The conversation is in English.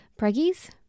preggies